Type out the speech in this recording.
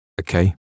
okay